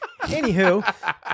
Anywho